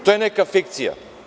To je neka fikcija.